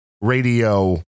radio